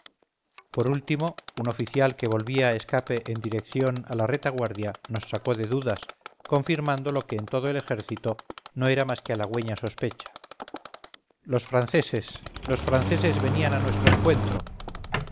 por último un oficial que volvía a escape en dirección a la retaguardia nos sacó de dudas confirmando lo que en todo el ejército no era más que halagüeña sospecha los franceses los franceses venían a nuestro encuentro